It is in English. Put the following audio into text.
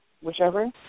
whichever